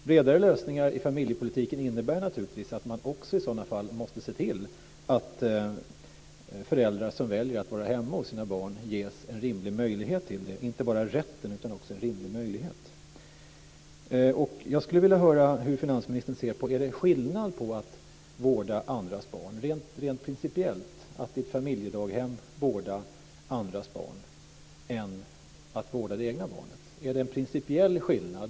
Bredare lösningar i familjepolitiken innebär naturligtvis att man i sådana fall också måste se till att föräldrar som väljer att vara hemma hos sina barn ges en rimlig möjlighet till det - alltså inte bara rätten utan också en rimlig möjlighet. Jag skulle vilja höra hur finansministern ser på följande. Är det, rent principiellt, skillnad mellan att vårda andras barn - att i ett familjedaghem vårda andras barn - och att vårda det egna barnet? Finns det alltså en principiell skillnad där?